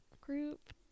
group